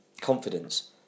confidence